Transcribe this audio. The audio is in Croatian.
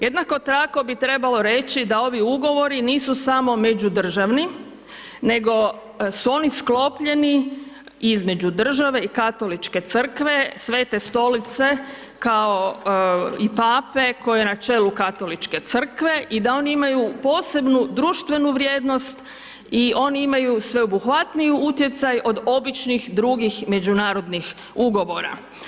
Jednako tako bi trebalo reći da ovi ugovori nisu samo međudržavni, nego su oni sklopljeni između države i Katoličke crkve, Svete Stolice kao i Pape koji je na čelu Katoličke crkve i da oni imaju posebnu društvenu vrijednost i oni imaju sveobuhvatniju utjecaj od običnih drugih međunarodnih ugovora.